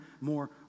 more